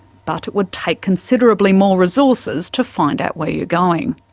but it would take considerably more resources to find out where you're going.